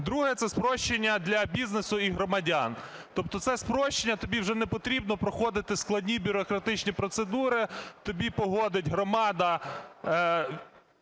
Друге – це спрощення для бізнесу і громадян. Тобто це спрощення, тобі вже непотрібно проходити складні бюрократичні процедури, тобі погодить громада